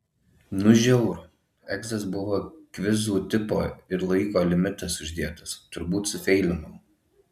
nu žiauru egzas buvo kvizų tipo ir laiko limitas uždėtas turbūt sufeilinau